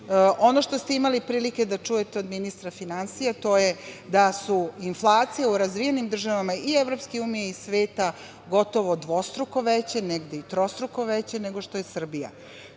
što ste imali prilike da čujete od ministra finansija, to je da su inflacije u razvijenim država i EU i sveta gotovo dvostruko veće, negde i trostruko veće nego u Srbiji.